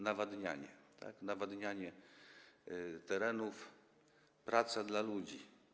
Nawadnianie, nawadnianie terenów, praca dla ludzi.